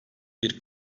bir